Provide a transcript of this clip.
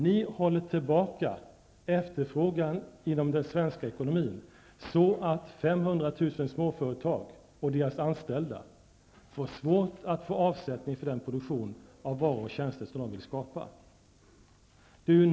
Ni håller tillbaka efterfrågan inom den svenska ekonomin så att 500 000 småföretag och deras anställda får svårt att få avsättning för den produktion av varor och tjänster som de vill skapa.